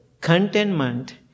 contentment